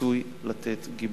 רצוי לתת גיבוי.